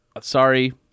Sorry